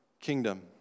kingdom